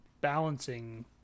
balancing